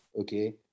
okay